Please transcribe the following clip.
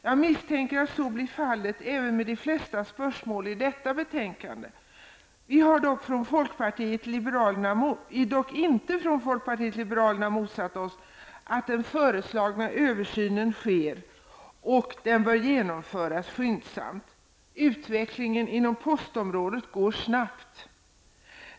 Jag misstänker att så blir fallet även med de flesta spörsmål i detta betänkande. Vi i folkpartiet liberalerna har dock inte motsatt oss att den föreslagna översynen sker och att den skall genomföras skyndsamt. Utvecklingen inom postområdet går snabbt.